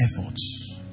efforts